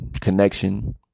connection